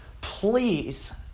please